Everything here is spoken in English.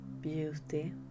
beauty